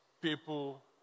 people